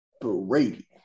Brady